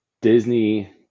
Disney